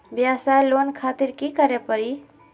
वयवसाय लोन खातिर की करे परी?